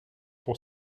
pour